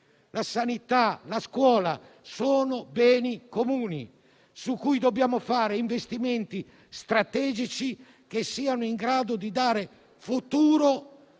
la sanità e la scuola sono beni comuni su cui dobbiamo fare investimenti strategici in grado di dare futuro